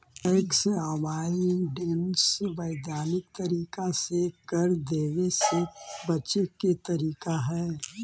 tax avoidance वैधानिक तरीका से कर देवे से बचे के तरीका हई